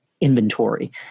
inventory